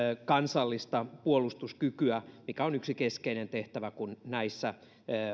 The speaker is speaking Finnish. kansallista puolustuskykyä mikä on yksi keskeinen tehtävä kun näissä